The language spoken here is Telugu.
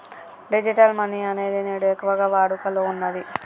డిజిటల్ మనీ అనేది నేడు ఎక్కువగా వాడుకలో ఉన్నది